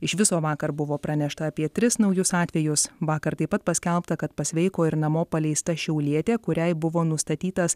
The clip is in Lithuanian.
iš viso vakar buvo pranešta apie tris naujus atvejus vakar taip pat paskelbta kad pasveiko ir namo paleista šiaulietė kuriai buvo nustatytas